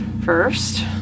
first